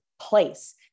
place